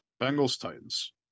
Bengals-Titans